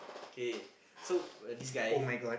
k so uh this guy